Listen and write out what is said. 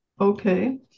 Okay